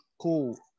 Cool